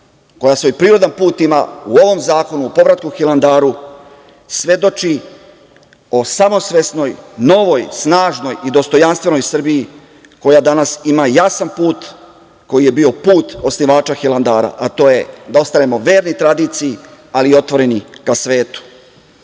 koja svoj prirodan put ima u ovom zakonu, u povratku Hilandaru, svedoči o samosvesnoj novoj, snažnoj i dostojanstvenoj Srbiji koja danas ima jasan put koji je bio put osnivača Hilandara, a to je da ostanemo verni tradiciji, ali otvoreni ka svetu. Da,